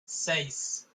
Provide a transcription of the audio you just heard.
seis